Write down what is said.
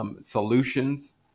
solutions